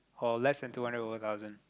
or less than two hundred over thousand